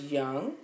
young